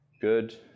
Good